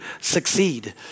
succeed